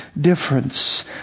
difference